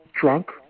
drunk